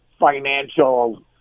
financial